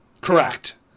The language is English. Correct